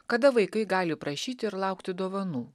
kada vaikai gali prašyti ir laukti dovanų